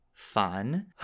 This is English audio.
fun